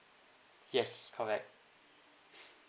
yes correct